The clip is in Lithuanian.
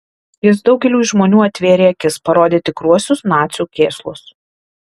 jis daugeliui žmonių atvėrė akis parodė tikruosius nacių kėslus